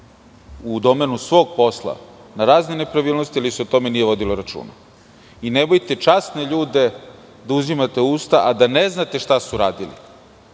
u domenu svog posla na razne nepravilnosti ili se o tome nije vodilo računa. Nemojte časne ljude da uzimate u usta, a da ne znate šta su radili. Ako